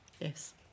Yes